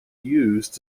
used